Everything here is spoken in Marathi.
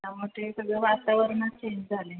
त्यामुळे ते सगळं वातावरणच चेंज झालं आहे